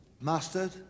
Mustard